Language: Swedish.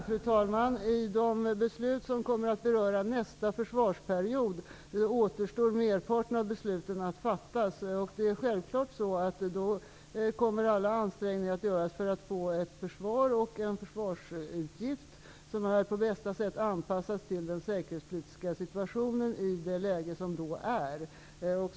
Fru talman! När det gäller nästa försvarsperiod återstår det en rad av beslut att fatta. Det är självklart att alla ansträngningar kommer att göras för att få ett försvar och en försvarsutgift som är på bästa sätt anpassad till den säkerhetspolitiska situationen i det läge som då råder.